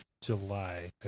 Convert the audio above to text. July